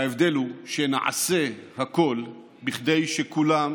וההבדל הוא שנעשה הכול כדי שכולם